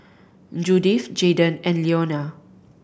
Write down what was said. Judyth Jaydon and Leonia